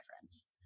difference